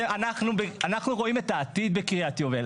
אנחנו רואים את העתיד בקריית יובל.